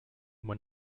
were